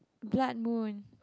blood moon